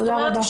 זאת אומרת,